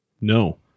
No